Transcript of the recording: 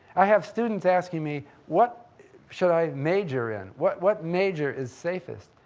i have students asking me, what should i major in? what what major is safest?